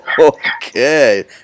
Okay